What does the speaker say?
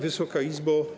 Wysoka Izbo!